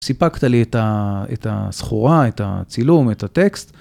סיפקת לי את הסחורה, את הצילום, את הטקסט.